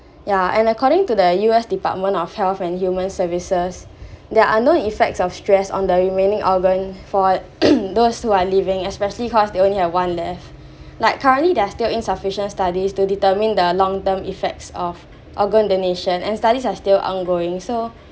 ya and according to the U_S department of health and human services there are unknown effects of stress on the remaining organ for those who are living especially cause they only have one left like currently there are still insufficient studies to determine the long term effects of organ donation and studies are still ongoing so